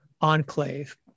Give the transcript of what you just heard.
enclave